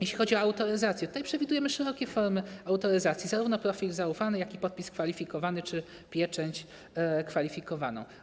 Jeśli chodzi o autoryzację, to tutaj przewidujemy szerokie formy autoryzacji, zarówno profil zaufany, jak i podpis kwalifikowany czy pieczęć kwalifikowaną.